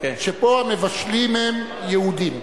כשפה המבשלים הם יהודים,